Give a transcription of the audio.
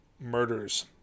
Murders